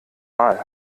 mal